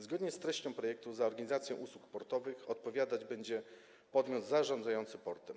Zgodnie z treścią projektu za organizację usług portowych odpowiadać będzie podmiot zarządzający portem.